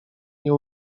nie